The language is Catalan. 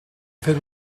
fer